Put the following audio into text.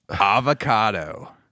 avocado